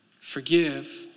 forgive